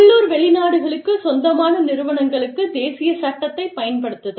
உள்ளூர் வெளிநாட்டுக்குச் சொந்தமான நிறுவனங்களுக்குத் தேசிய சட்டத்தை பயன்படுத்துதல்